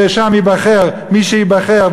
ששם ייבחר מי שייבחר,